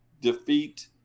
defeat